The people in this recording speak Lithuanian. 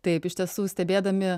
taip iš tiesų stebėdami